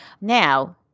Now